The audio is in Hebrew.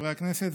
חברי הכנסת,